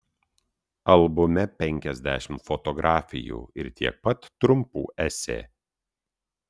albume penkiasdešimt fotografijų ir tiek pat trumpų esė